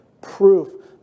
proof